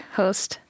host